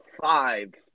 five